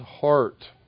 heart